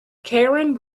karen